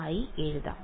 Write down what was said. വിദ്യാർത്ഥി 0